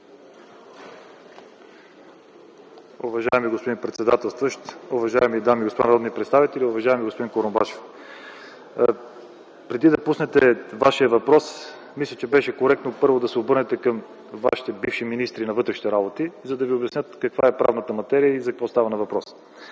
Уважаеми господин председател, уважаеми дами и господа народни представители! Уважаеми господин Курумбашев, преди да пуснете Вашия въпрос, мисля, че беше коректно първо да се обърнете към вашите бивши министри на вътрешните работи, за да Ви обяснят каква е правната материя и за какво става въпрос.